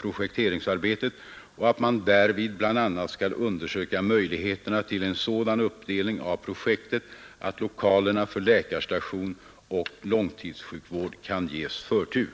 projekteringsarbetet och att man därvid bl.a. skall undersöka möjligheterna till en sådan uppdelning av projektet att lokalerna för läkarstation och långtidssjukvård kan ges förtur.